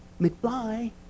McFly